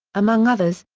among others,